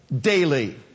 daily